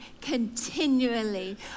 continually